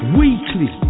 weekly